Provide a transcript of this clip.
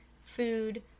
food